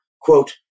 quote